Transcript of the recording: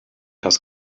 das